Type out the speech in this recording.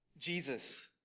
Jesus